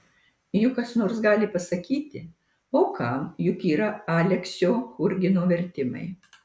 juk kas nors gali pasakyti o kam juk yra aleksio churgino vertimai